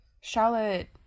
Charlotte